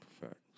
Perfect